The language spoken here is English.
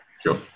Sure